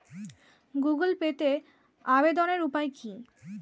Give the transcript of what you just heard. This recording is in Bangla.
গুগোল পেতে আবেদনের উপায় কি?